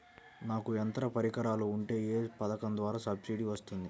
నాకు యంత్ర పరికరాలు ఉంటే ఏ పథకం ద్వారా సబ్సిడీ వస్తుంది?